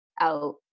Out